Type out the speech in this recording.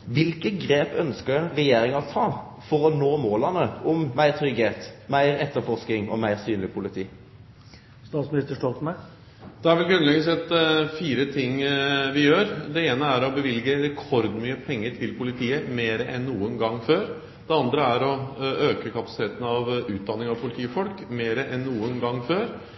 Kva for grep ønskjer Regjeringa å ta for å nå måla om meir tryggleik, meir etterforsking og meir synleg politi? Det er vel grunnleggende å si at det er fire ting vi gjør: Det ene er å bevilge rekordmye penger til politiet – mer enn noen gang før. Det andre er å øke kapasiteten med hensyn til utdanning av politifolk – mer enn noen gang før.